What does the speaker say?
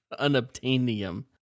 Unobtainium